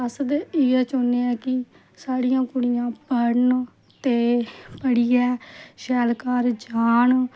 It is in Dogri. अस ते इयै चाह्न्नेआं कि साढ़ियां कुड़ियां पढ़न ते पढ़ियै शैल घर जान